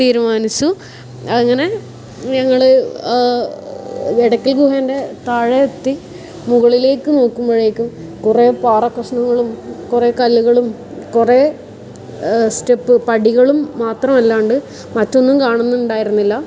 തീരുമാനിച്ചു അങ്ങനെ ഞങ്ങൾ എടക്കൽ ഗുഹേൻ്റെ താഴെ എത്തി മുകളിലേക്ക് നോക്കുമ്പോഴേക്കും കുറേ പാറ കഷ്ണങ്ങളും കുറേ കല്ലുകളും കുറേ സ്റ്റെപ്പ് പടികളും മാത്രോമല്ലാണ്ട് മറ്റൊന്നും കാണുന്നുണ്ടായിരുന്നില്ല